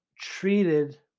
treated